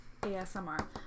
ASMR